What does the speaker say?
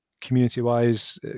community-wise